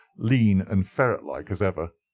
lean and ferret-like as ever,